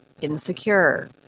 insecure